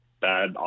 bad